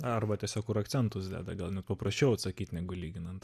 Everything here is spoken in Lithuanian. arba tiesiog kur akcentus deda gal net paprasčiau atsakyt negu lyginant